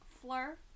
Fleur